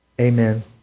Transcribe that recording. Amen